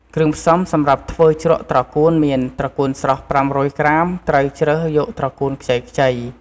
គ្រឿងផ្សំំសម្រាប់ធ្វើជ្រក់ត្រកួនមាន ត្រកួនស្រស់ ៥០០ ក្រាម ត្រូវរើសយកត្រកួនខ្ចីៗ។